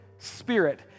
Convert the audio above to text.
Spirit